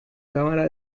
cámara